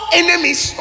enemies